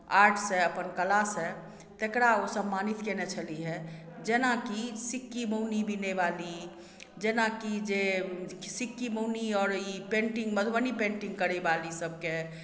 आर्टसँ अपन कलासँ तकरा ओ सम्मानित कयने छलिह हैं जेना कि सिक्की मौनी बिनयवाली जेना कि जे सिक्की मौनी आओर ई पेन्टिंग मधुबनी पेन्टिंग करयवाली सबके